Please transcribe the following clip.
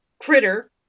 critter